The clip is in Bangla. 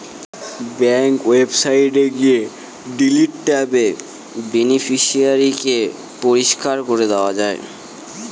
ব্যাঙ্ক ওয়েবসাইটে গিয়ে ডিলিট ট্যাবে বেনিফিশিয়ারি কে পরিষ্কার করে দেওয়া যায়